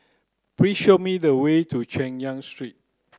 please show me the way to Chay Yan Street